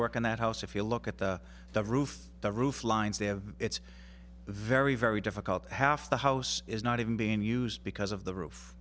work on that house if you look at the the roof the roof lines there it's very very difficult half the house is not even being used because of the roof